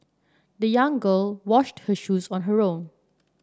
the young girl washed her shoes on her own